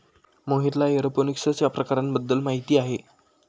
मोहितला एरोपोनिक्सच्या प्रकारांबद्दल माहिती आहे